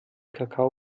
kakao